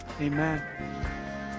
amen